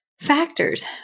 factors